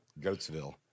Goatsville